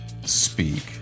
speak